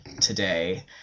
today